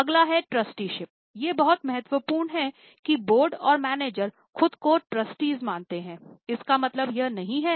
अगला है ट्रस्टीशिप एक बहुत महत्वपूर्ण सिद्धांत है